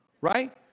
right